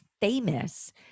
famous